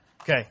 Okay